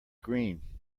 green